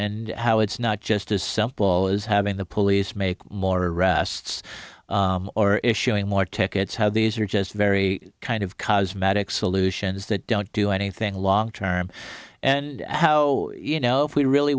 and how it's not just as simple as having the police make more arrests or issuing more tickets how these are just very kind of cosmetic solutions that don't do anything long term and how you know if we really